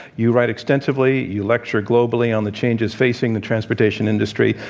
you write extensively. you lecture globally on the changes facing the transportation industry.